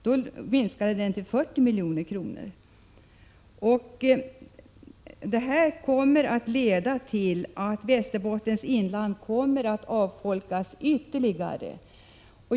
Då minskades den till 40 milj.kr. Det här kommer att leda till att Västerbottens inland kommer att avfolkas ytterligare.